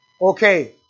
okay